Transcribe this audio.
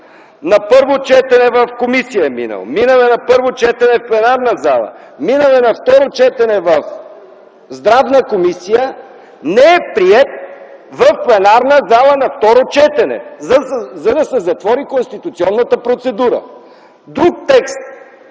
на първо четене в комисия, минал е на първо четене в пленарна зала, минал е на второ четене в Здравна комисия, не е приет в пленарната зала на второ четене, за да се затвори конституционната процедура. Друг текст,